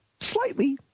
Slightly